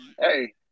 Hey